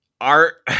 Art